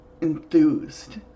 enthused